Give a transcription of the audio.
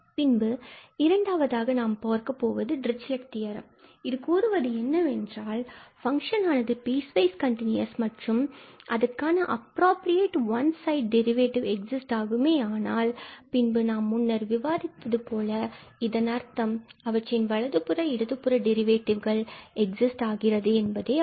பின்பு இரண்டாவதாக நாம் பார்க்கப்போவது டிரிச்லட் தியரம் கூறுவது என்னவென்றால் கொடுக்கப்பட்ட ஃபங்க்ஷன் ஆனது பீஸ் வைஸ் கண்டினுயஸ் மற்றும் அதற்கான appropriate one side derivative exist ஆகுமே ஆனால் நாம் முன்னர் விவாதித்தது போல இதன் அர்த்தம் அவற்றின் வலதுபுறம் இடதுபுறம் டெரிவேடிவ்கள் எக்ஸிஸ்ட் ஆகிறது என்பதே ஆகும்